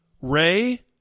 Ray